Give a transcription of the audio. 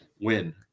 win